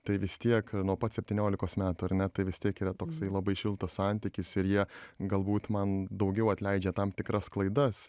tai vis tiek nuo pat septyniolikos metų ar ne tai vis tiek yra toksai labai šiltas santykis ir jie galbūt man daugiau atleidžia tam tikras klaidas